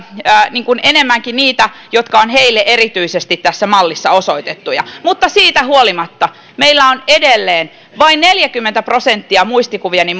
eli enemmänkin niitä jotka ovat erityisesti heille tässä mallissa osoitettuja mutta siitä huolimatta meillä on edelleen vain neljäkymmentä prosenttia muistikuvieni